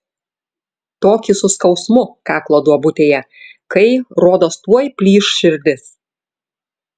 tokį su skausmu kaklo duobutėje kai rodos tuoj plyš širdis